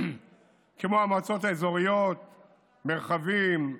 כמו המועצות האזוריות מרחבים,